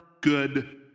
good